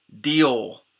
deal